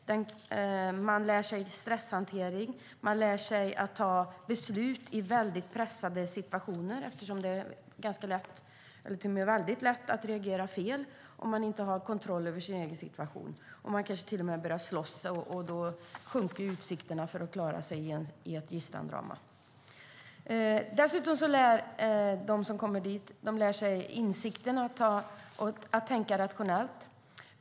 Man lär sig stresshantering, och man lär sig att ta beslut i pressade situationer eftersom det är väldigt lätt att reagera felaktigt om man inte har kontroll över sin egen situation. Man kanske till och med börjar slåss, och då sjunker utsikterna för att klara sig i ett gisslandrama. De som går utbildningen lär sig dessutom att tänka rationellt.